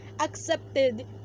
accepted